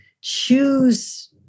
choose